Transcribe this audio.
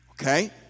Okay